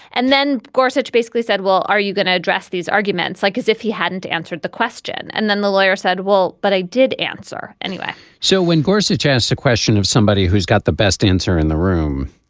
and then gorse which basically said well are you going to address these arguments like as if he hadn't answered the question. and then the lawyer said well but i did answer anyway so when gore suggests the question of somebody who's got the best answer in the room